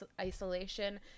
isolation